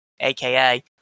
AKA